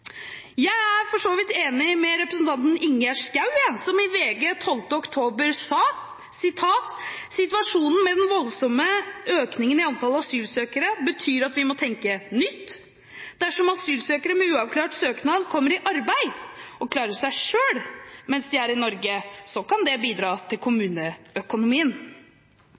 Jeg er for så vidt enig med representanten Ingjerd Schou, som i VG 12. oktober sa: «Situasjonen med den voldsomme økningen i antallet asylsøkere betyr at vi må tenke nytt. Dersom asylsøkere med uavklart søknad kommer i arbeid og klarer seg selv mens de er i Norge, så kan det bidra til kommuneøkonomien».